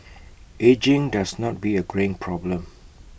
ageing does not be A greying problem